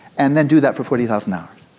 and then do that for forty thousand hours.